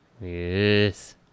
Yes